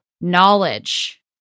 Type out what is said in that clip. knowledge